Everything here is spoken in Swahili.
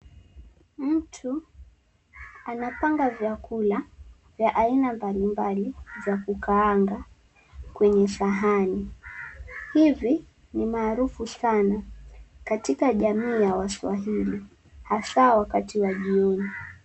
Mtu anapanga vyakula vya aina mbalimbali za kukaanga kwenye sahani. Hivi ni maarufu sana katika jamii ya waswahili hasa wakati wa jioni.